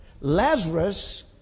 Lazarus